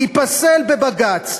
ייפסל בבג"ץ.